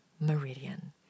meridian